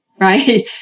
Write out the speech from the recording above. Right